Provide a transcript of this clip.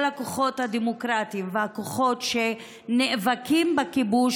הכוחות הדמוקרטיים והכוחות שנאבקים בכיבוש,